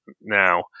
now